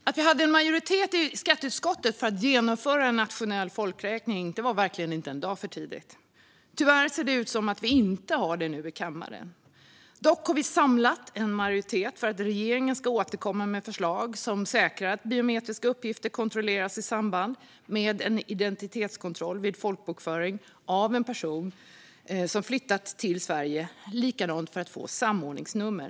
Att vi hade en majoritet i skatteutskottet för att genomföra en nationell folkräkning var verkligen inte en dag för tidigt. Tyvärr ser det ut som att vi inte har det nu i kammaren. Dock har vi samlat en majoritet för att regeringen ska återkomma med förslag som säkrar att biometriska uppgifter kontrolleras i samband med en identitetskontroll vid folkbokföring av en person som flyttat till Sverige och likadant för att få ett samordningsnummer.